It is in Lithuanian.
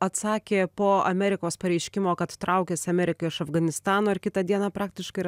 atsakė po amerikos pareiškimo kad traukiasi amerika iš afganistano ir kitą dieną praktiškai